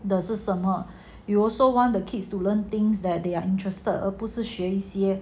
都是什么 you also want the kids to learn things that they are interested 而不是学一些